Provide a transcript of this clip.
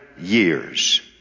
years